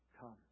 come